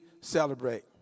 celebrate